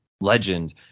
legend